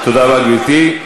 תודה רבה, גברתי.